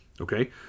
okay